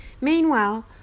Meanwhile